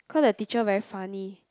cause the teacher very funny